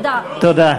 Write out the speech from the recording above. תודה.